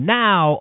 now